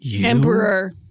Emperor